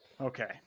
okay